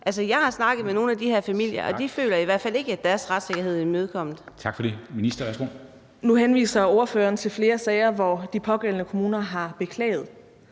Jeg har snakket med nogle af de her familier, og de føler i hvert fald ikke, at deres retssikkerhed er imødekommet.